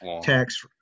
tax